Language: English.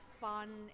fun